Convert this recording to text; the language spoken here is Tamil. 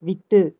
விட்டு